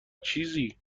چیزی